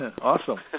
Awesome